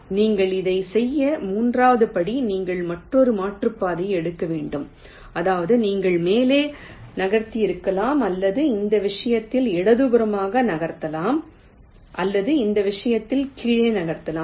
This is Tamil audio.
நீங்கள் இதைச் செய்த மூன்றாவது படி நீங்கள் மற்றொரு மாற்றுப்பாதையை எடுக்க வேண்டும் அதாவது நீங்கள் மேலே நகர்த்தியிருக்கலாம் அல்லது இந்த விஷயத்தில் இடதுபுறமாக நகர்த்தலாம் அல்லது இந்த விஷயத்தில் கீழே நகரலாம்